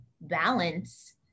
balance